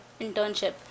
internship